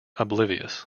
oblivious